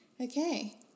Okay